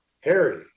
Harry